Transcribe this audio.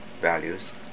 values